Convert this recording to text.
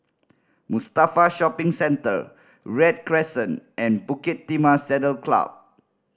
Mustafa Shopping Centre Read Crescent and Bukit Timah Saddle Club